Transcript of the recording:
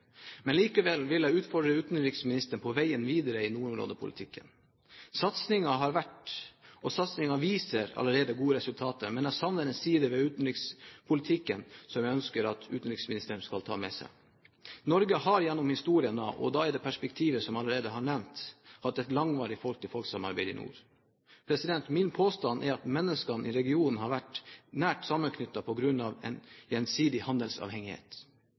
Men likevel vil jeg utfordre utenriksministeren på veien videre i nordområdepolitikken. Satsingen viser allerede gode resultater, men jeg savner en side ved utenrikspolitikken som jeg ønsker at utenriksministeren skal ta med seg. Norge har gjennom historien, og da i det perspektivet jeg allerede har nevnt, hatt et langvarig folk-til-folk-samarbeid i nord. Min påstand er at menneskene i regionen har vært nært sammenknyttet på grunn av en gjensidig handelsavhengighet.